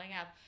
up